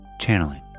Channeling